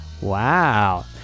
Wow